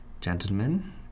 gentlemen